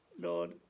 Lord